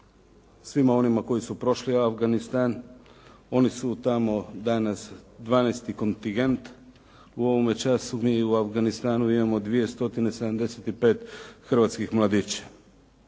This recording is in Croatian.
svim onima koji su prošli Afganistan. Oni su tamo danas 12. kontingent. U ovome času mi u Afganistanu imamo 275 hrvatskih mladića.